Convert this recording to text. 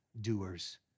doers